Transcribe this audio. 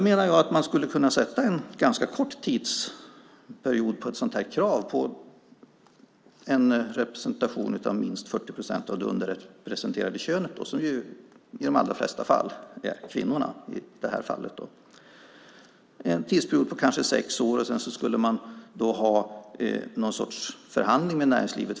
Man skulle kunna sätta en ganska kort tidsperiod vad gäller krav på en representation som omfattar minst 40 procent av det underrepresenterade könet, i de allra flesta fall kvinnor. Tidsperioden kunde vara på kanske sex år, och därefter skulle man kunna ha en förhandling med näringslivet.